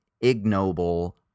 ignoble